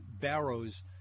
Barrow's